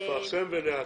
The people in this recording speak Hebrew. לפרסם ולעדכן.